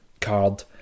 card